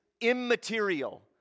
immaterial